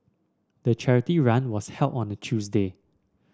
the charity run was held on a Tuesday